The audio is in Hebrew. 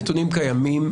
הנתונים קיימים,